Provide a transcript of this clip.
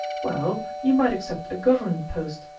well, you might accept a government post.